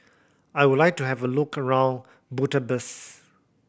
I would like to have a look around Budapest